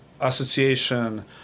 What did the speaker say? association